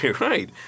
Right